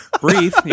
Breathe